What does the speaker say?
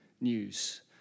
news